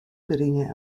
geringe